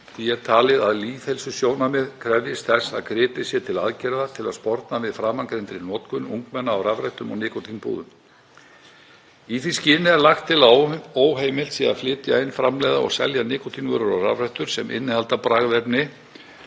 Því er talið að lýðheilsusjónarmið krefjist þess að gripið sé til aðgerða til að sporna við framangreindri notkun ungmenna á rafrettum og nikótínpúðum. Í því skyni er lagt til að óheimilt sé að flytja inn, framleiða og selja nikótínvörur og rafrettur sem innihalda bragðefni